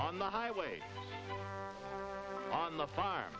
on the highway on the farm